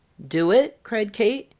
do it? cried kate.